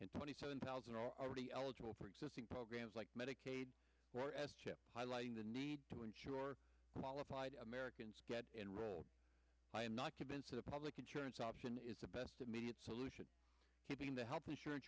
and twenty seven thousand are already eligible for existing programs like medicaid highlighting the need to ensure qualified americans get enrolled and not convince the public insurance option is the best immediate solution keeping the health insurance